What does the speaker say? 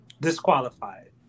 disqualified